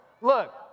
Look